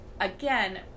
again